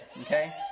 Okay